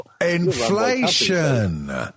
Inflation